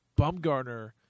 Bumgarner